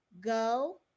go